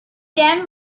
then